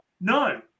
No